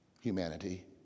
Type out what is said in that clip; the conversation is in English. humanity